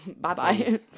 Bye-bye